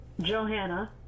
Johanna